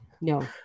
No